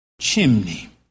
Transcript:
chimney